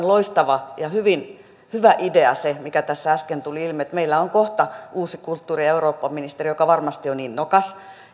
loistava ja hyvä idea se mikä tässä äsken tuli ilmi että meillä on kohta uusi kulttuuri ja eurooppaministeri joka varmasti on innokas